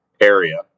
area